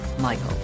Michael